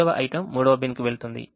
3వ item 3వ బిన్కు వెళుతుంది